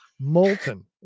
molten